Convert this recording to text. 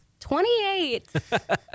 28